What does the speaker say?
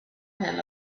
him